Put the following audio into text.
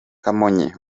kamonyi